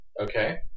Okay